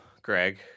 Greg